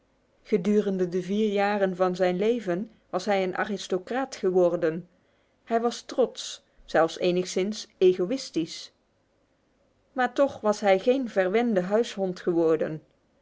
gedurende de vier jaar van zijn leven was hij een aristocraat geworden hijwastro zelfng ïstich maar toch was hij geen verwende huishond geworden